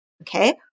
okay